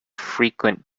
frequent